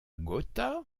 gotha